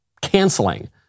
canceling